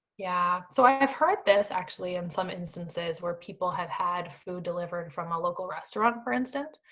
yeah, so i have heard this actually, in some instances, where people have had food delivered from a local restaurant, for instance.